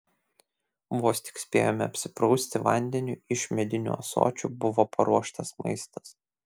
vos tik spėjome apsiprausti vandeniu iš medinių ąsočių buvo paruoštas maistas